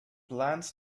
plans